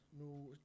no